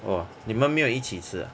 !wah! 你们没有一起吃 ah